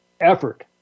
effort